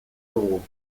dugu